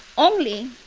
only